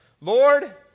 Lord